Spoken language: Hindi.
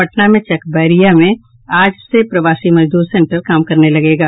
पटना के चक बैरिया में आज से प्रवासी मजदूर सेंटर काम करने लगेगा